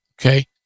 okay